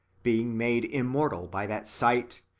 being made immortal by that sight,